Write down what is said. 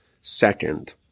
second